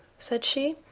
said she.